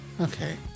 Okay